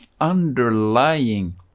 underlying